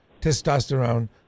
testosterone